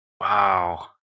Wow